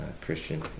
Christian